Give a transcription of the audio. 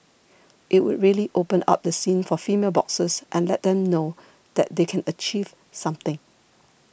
it would really open up the scene for female boxers and let them know that they can achieve something